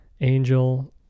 Angel